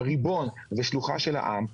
כריבון ושלוחה של העם,